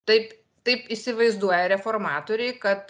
taip taip įsivaizduoja reformatoriai kad